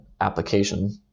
application